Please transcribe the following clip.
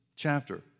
chapter